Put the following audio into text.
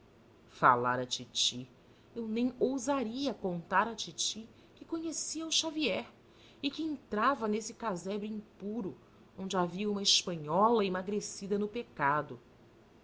falar à titi eu nem ousaria contar à titi que conhecia o xavier e que entrava nesse casebre impuro onde havia uma espanhola emagrecida no pecado